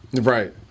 Right